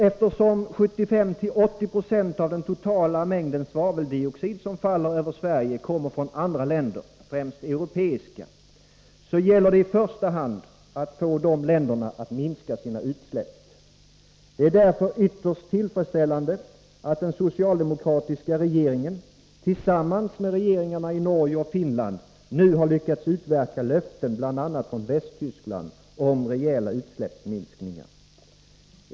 Eftersom 75-80 96 av den totala mängden svaveldioxid som faller över Sverige kommer från andra länder, främst europeiska, gäller det att i första hand få dessa länder att minska sina utsläpp. Det är därför ytterst tillfredsställande att den socialdemokratiska regeringen — tillsammans med regeringarna i Norge och Finland — nu lyckats utverka löften, bl.a. från Västtyskland, om rejäla utsläppsminskningar.